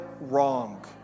wrong